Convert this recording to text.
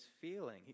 feeling